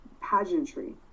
pageantry